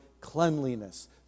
cleanliness